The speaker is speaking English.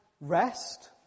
rest